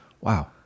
wow